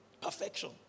Perfection